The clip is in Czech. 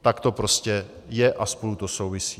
Tak to prostě je a spolu to souvisí.